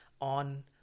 on